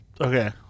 Okay